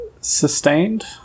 sustained